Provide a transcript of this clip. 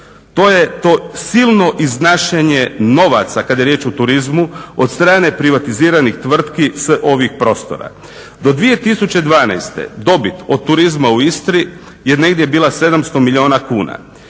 to je silno iznašanje novaca kada je riječ u turizmu od strane privatiziranih tvrtki s ovih prostora. Do 2012.dobit od turizma u Istri je bila negdje 700 milijuna kuna